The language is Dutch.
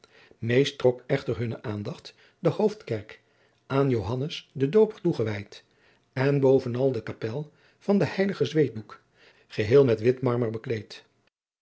meest trok echter hunne aandacht de hoofdkerk aan joannes den dooper toegewijd en bovenal de kapel van den heiligen zweetdoek geheel met wit marmer